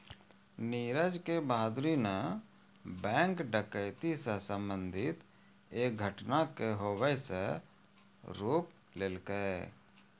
नीरज के बहादूरी न बैंक डकैती से संबंधित एक घटना के होबे से रोक लेलकै